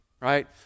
Right